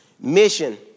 Mission